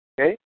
Okay